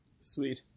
sweet